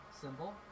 symbol